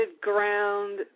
ground